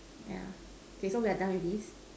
yeah so we are done with this